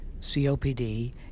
COPD